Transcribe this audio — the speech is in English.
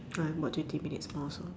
about twenty minutes more also